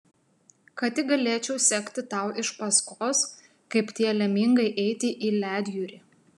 kad tik galėčiau sekti tau iš paskos kaip tie lemingai eiti į ledjūrį